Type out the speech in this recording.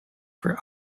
for